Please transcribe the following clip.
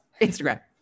Instagram